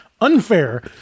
unfair